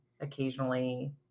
occasionally